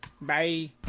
Bye